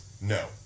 no